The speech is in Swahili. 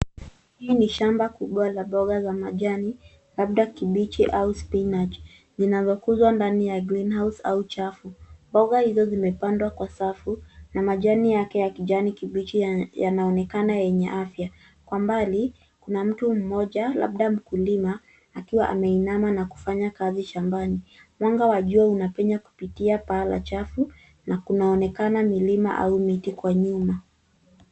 Hii ni shamba kubwa la mboga za majani labda kibichi au spinach zinazokuzwa ndani ya greenhouse au chafu. Mboga hizo zimepandwa kwa safu na majani yake ya kijani kibichi yanaonekana yenye afya. Kwa mbali, kuna mtu mmoja labda mkulima akiwa ameinama na kufanya kazi shambani. Mwanga wa jua unapenya kupitia paa la chafu na kunaonekana milima au miti kwa nyuma.